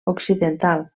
occidental